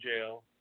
jail